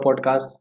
podcast